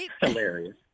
hilarious